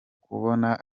kumubona